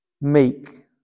meek